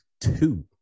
two